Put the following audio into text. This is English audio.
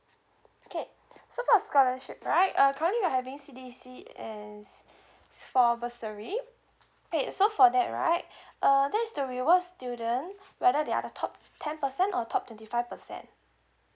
okay so for the scholarship right uh currently we are having C_D_C and for bursary okay so for that right uh there's the reward student whether they are the top ten percent or top twenty five percent